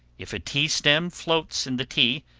if a tea-stem floats in the tea,